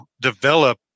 develop